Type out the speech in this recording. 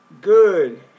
Good